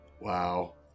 Wow